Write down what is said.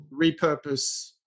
repurpose